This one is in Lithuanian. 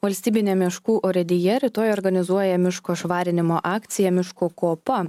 valstybinė meškų urėdija rytoj organizuoja miško švarinimo akciją miško kopa